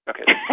Okay